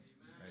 Amen